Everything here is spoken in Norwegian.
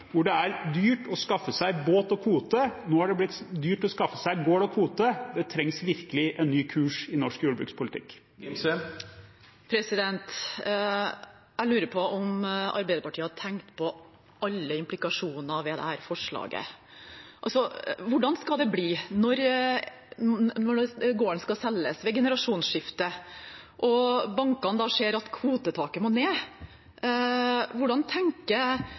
hvor det er dyrt å skaffe seg båt og kvote. Nå har det blitt dyrt å skaffe seg gård og kvote. Det trengs virkelig en ny kurs i norsk jordbrukspolitikk. Jeg lurer på om Arbeiderpartiet har tenkt på alle implikasjoner ved dette forslaget. Hvordan skal det bli når gården skal selges, ved generasjonsskifte, når bankene ser at kvotetaket må ned? Hvordan tenker